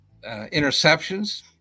interceptions